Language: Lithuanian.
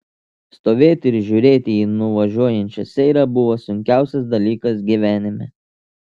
stovėti ir žiūrėti į nuvažiuojančią seirą buvo sunkiausias dalykas gyvenime